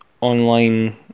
online